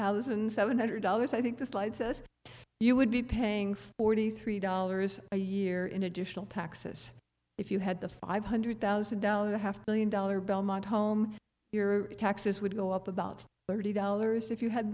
thousand seven hundred dollars i think the slide says you would be paying forty three dollars a year in additional taxes if you had the five hundred thousand dollars a half billion dollar belmont home your taxes would go up about thirty dollars if you had